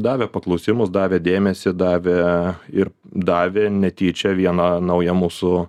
davė paklausimus davė dėmesį davė ir davė netyčia vieną naują mūsų